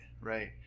right